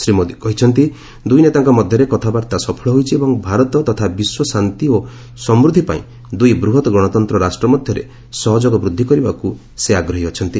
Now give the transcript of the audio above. ଶ୍ରୀ ମୋଦୀ କହିଛନ୍ତି ଦୁଇ ନେତାଙ୍କ ମଧ୍ୟରେ କଥାବାର୍ତ୍ତା ସଫଳ ହୋଇଛି ଏବଂ ଭାରତ ତଥା ବିଶ୍ୱ ଶାନ୍ତି ଓ ସମୃଦ୍ଧି ପାଇଁ ଦୁଇ ବୃହତ୍ ଗଣତନ୍ତ ରାଷ୍ଟ୍ର ମଧ୍ୟରେ ସହଯୋଗ ବୃଦ୍ଧି କରିବାକୁ ସେ ଆଗ୍ରହୀ ଅଛନ୍ତି